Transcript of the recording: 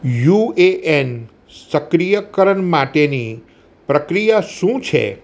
you A N સક્રિય કરણ માટેની પ્રક્રિયા શું છે